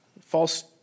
false